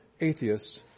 atheists